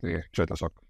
tai čia tiesiog